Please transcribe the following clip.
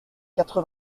quatre